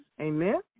Amen